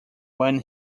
when